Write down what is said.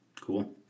Cool